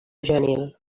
genil